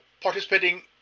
participating